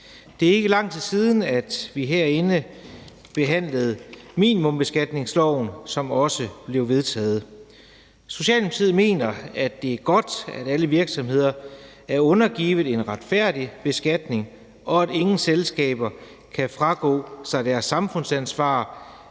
Det er ikke lang tid siden, at vi herinde behandlede minimumsbeskatningsloven, som også blev vedtaget. Socialdemokratiet mener, at det er godt, at alle virksomheder er undergivet en retfærdig beskatning, og at ingen selskaber kan fragå sig deres samfundsansvar